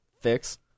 fix